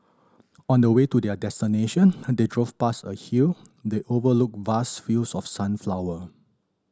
on the way to their destination they drove past a hill that overlooked vast fields of sunflower